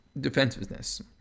defensiveness